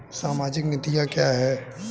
सामाजिक नीतियाँ क्या हैं?